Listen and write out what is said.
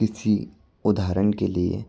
किसी उदाहरण के लिए